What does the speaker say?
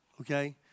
okay